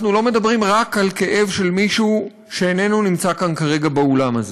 אנחנו לא מדברים רק על כאב של מישהו שאיננו נמצא כאן כרגע באולם הזה,